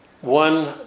One